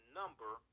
number